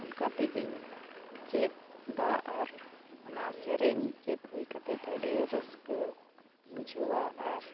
ᱚᱱᱠᱟ ᱛᱮᱜᱮᱧ ᱪᱮᱫ ᱮᱫᱟ ᱟᱨ ᱚᱱᱟ ᱥᱮᱨᱮᱧ ᱪᱮᱫ ᱦᱩᱭ ᱠᱟᱛᱮᱫ ᱟᱹᱰᱤ ᱨᱟᱹᱥᱠᱟᱹ ᱵᱩᱡᱷᱟᱹᱣᱟ ᱟᱨ